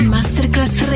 Masterclass